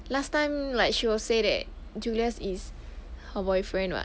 last time like she will say that julius is her boyfriend [what]